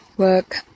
work